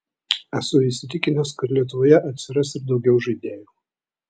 esu įsitikinęs kad lietuvoje atsiras ir daugiau žaidėjų